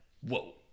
whoa